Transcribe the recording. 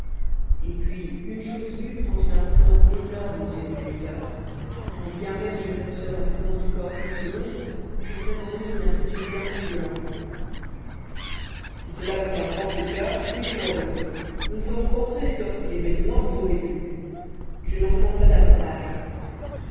et puis une chose vue prend une importance énorme aux yeux du lecteur quand bien même je ne resterais en présence du corps qu'une seconde je pourrais en donner une impression bien plus violente si cela vous tient tant au coeur suivez-moi donc nous ne ferons qu'entrer et sortir mais du moins vous aurez vu je n'en demande pas davantage